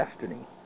destiny